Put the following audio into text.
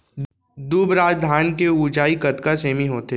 दुबराज धान के ऊँचाई कतका सेमी होथे?